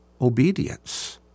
obedience